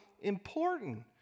important